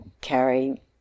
carry